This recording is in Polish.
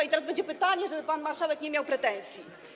I teraz będzie pytanie, żeby pan marszałek nie miał pretensji.